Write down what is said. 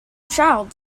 child